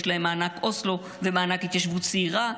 יש להם מענק אוסלו, ומענק התיישבות צעירה,